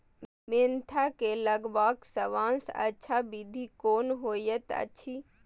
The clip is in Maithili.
मेंथा के लगवाक सबसँ अच्छा विधि कोन होयत अछि?